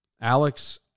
Alex